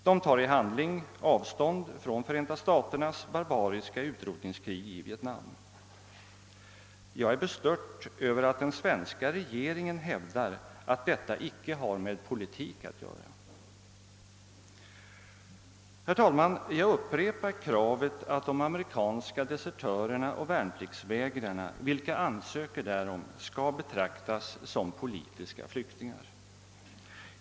De tar i handling avstånd från Förenta staternas barbariska utrotningskrig i Vietnam. Jag är bestört över att den svenska regeringen hävdar att detta icke har med politik att göra. Herr talman! Jag upprepar kravet att de amerikanska desertörer och värnpliktsvägrare, vilka ansöker därom, skall betraktas som politiska flyktingar.